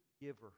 giver